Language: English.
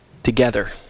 Together